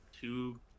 two